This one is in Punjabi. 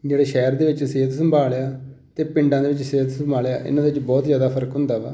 ਜਿਹੜੇ ਸ਼ਹਿਰ ਦੇ ਵਿੱਚ ਸਿਹਤ ਸੰਭਾਲ ਹੈ ਅਤੇ ਪਿੰਡਾਂ ਦੇ ਵਿੱਚ ਸਿਹਤ ਸੰਭਾਲ ਹੈ ਇਹਨਾਂ ਦੇ ਵਿੱਚ ਬਹੁਤ ਜ਼ਿਆਦਾ ਫਰਕ ਹੁੰਦਾ ਵਾ